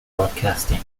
broadcasting